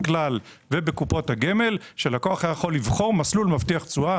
כלל ובקופות הגמל שלקוח היה יכול לבחור מסלול מבטיח תשואה.